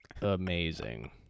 amazing